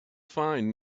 fine